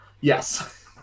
Yes